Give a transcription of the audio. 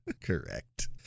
Correct